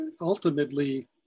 ultimately